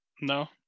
No